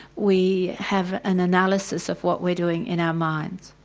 we have an analysis of what we're doing in our minds.